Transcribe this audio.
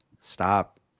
Stop